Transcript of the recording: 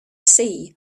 sea